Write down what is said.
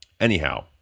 anyhow